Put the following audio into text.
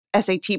SAT